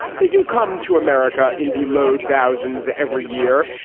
they do come to america in the low thousands every year.